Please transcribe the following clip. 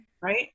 Right